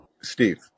Steve